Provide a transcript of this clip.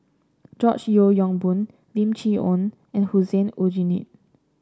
George Yeo Yong Boon Lim Chee Onn and Hussein Aljunied